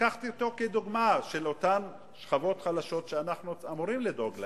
לקחתי אותו כדוגמה לאותן שכבות חלשות שאנחנו אמורים לדאוג להן.